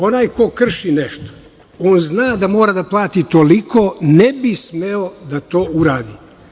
Onaj ko krši nešto, on zna da mora da plati toliko i ne bi smeo da to uradi.